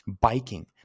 Biking